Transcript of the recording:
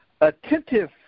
attentive